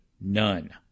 none